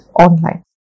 online